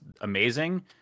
amazing